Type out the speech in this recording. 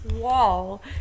Wall